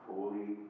Holy